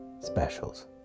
specials